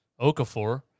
Okafor